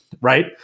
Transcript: right